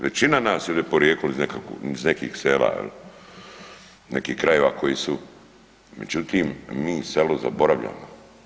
Većina nas je ovdje porijeklom iz nekih sela, neki krajeva koji su, međutim mi selo zaboravljamo.